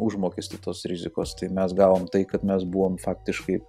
užmokestį tos rizikos tai mes gavom tai kad mes buvom faktiškai